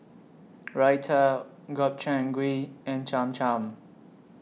Raita Gobchang Gui and Cham Cham